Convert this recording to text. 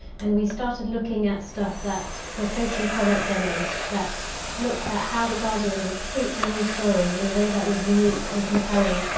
and we started looking at stuff that was basically product demos. that looked at how the guardian would treat a news story in a way that was unique and compelling.